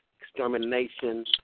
extermination